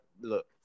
look